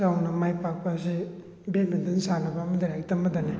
ꯆꯥꯎꯅ ꯃꯥꯏ ꯄꯥꯛꯄ ꯑꯁꯤ ꯕꯦꯗꯃꯤꯟꯇꯟ ꯁꯥꯟꯅꯕ ꯑꯃꯗꯤ ꯂꯥꯏꯔꯤꯛ ꯇꯝꯕꯗꯅꯤ